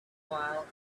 while